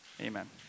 Amen